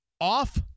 off-